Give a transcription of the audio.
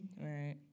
Right